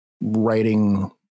writing